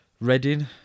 Reading